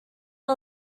all